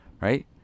right